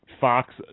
Fox